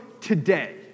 today